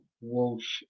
walsh